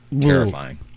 terrifying